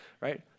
right